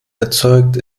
erzeugt